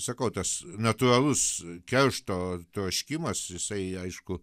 sakau tas natūralus keršto troškimas jisai aišku